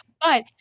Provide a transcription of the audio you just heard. But-